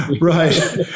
Right